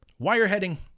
Wireheading